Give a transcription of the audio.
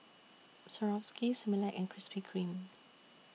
Swarovski Similac and Krispy Kreme